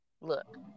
look